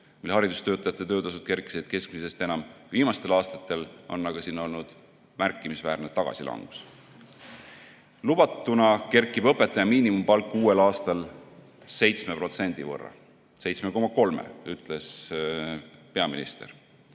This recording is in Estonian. Haridustöötajate töötasud kerkisid siis keskmisest enam. Viimastel aastatel on aga siin olnud märkimisväärne tagasilangus. Lubatuna kerkib õpetajate miinimumpalk uuel aastal 7% võrra või 7,3%, nagu ütles peaminister.